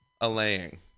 allaying